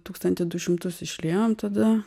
tūkstantį du šimtus išliejom tada